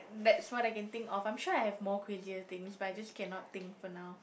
that's what I can think of I'm sure I have more crazier things but I just cannot think for now